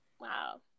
Wow